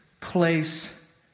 place